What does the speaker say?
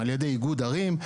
על-ידי איגוד ערים,